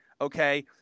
Okay